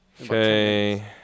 Okay